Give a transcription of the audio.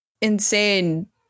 insane